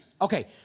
Okay